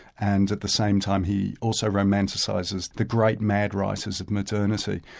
and at the same time he also romanticises the great mad writers of modernity.